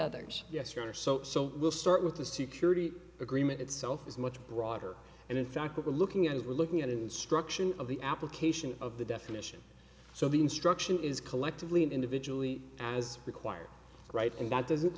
are so so we'll start with the security agreement itself is much broader and in fact what we're looking at is we're looking at instruction of the application of the definition so the instruction is collectively and individually as required right and that doesn't